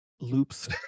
loops